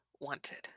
wanted